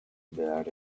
about